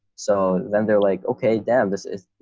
so then they're like, okay, damn, this is, you